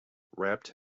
wrapped